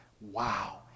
Wow